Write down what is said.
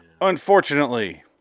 Unfortunately